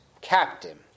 captain